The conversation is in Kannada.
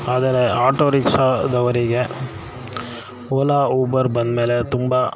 ಆದರೆ ಆಟೋ ರಿಕ್ಷಾದವರಿಗೆ ಓಲಾ ಊಬರ್ ಬಂದಮೇಲೆ ತುಂಬ